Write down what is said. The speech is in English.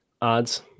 odds